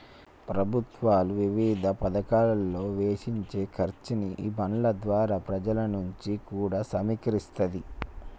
ప్రభుత్వాలు వివిధ పతకాలలో వెచ్చించే ఖర్చుని ఈ బాండ్ల ద్వారా పెజల నుంచి కూడా సమీకరిస్తాది